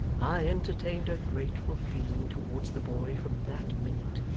i entertained a grateful feeling towards the boy from that minute,